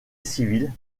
civil